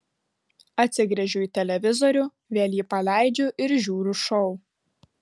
atsigręžiu į televizorių vėl jį paleidžiu ir žiūriu šou